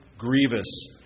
grievous